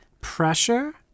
pressure